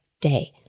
day